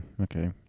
Okay